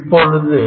இப்பொழுது